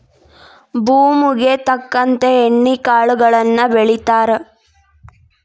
ಭೂಮುಗೆ ತಕ್ಕಂತೆ ಎಣ್ಣಿ ಕಾಳುಗಳನ್ನಾ ಬೆಳಿತಾರ